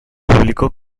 publicó